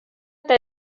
eta